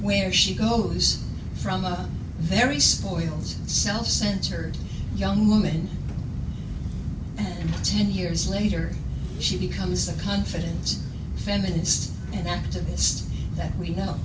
where she goes from a very small hills self centered young woman and ten years later she becomes the confidence feminist and activist that we know